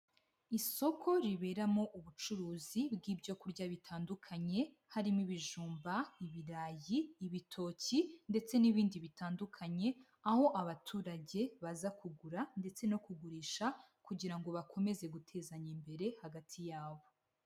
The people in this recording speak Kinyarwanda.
Isoko riberamo ubucuruzi bw'ibyo kurya bitandukanye harimo ibijumba, ibirayi, ibitoki ndetse n'ibindi bitandukanye, aho abaturage baza kugura ndetse no kugurisha kugira ngo bakomeze gutezanya imbere hagati yabo.